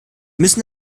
müssen